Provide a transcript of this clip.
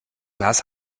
glas